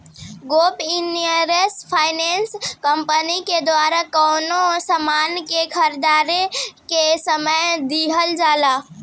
gap insurance finance company के द्वारा कवनो सामान के खरीदें के समय दीहल जाला